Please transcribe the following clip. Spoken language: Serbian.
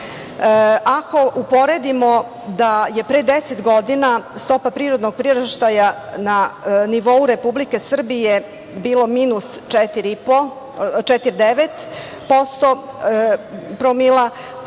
Ako uporedimo da je pre deset godina stopa prirodnog priraštaja na nivou Republike Srbije bila minus 4,9 promila,